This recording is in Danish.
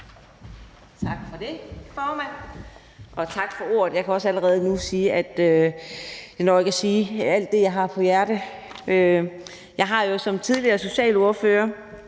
Tak for det, formand,